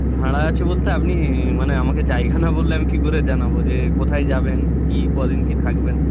ভাঁড়া আছে বলতে আপনি মানে আমাকে জায়গা না বললে আমি কী করে জানাবো যে কোথায় যাবেন কী কদিন কী থাকবেন